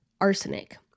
arsenic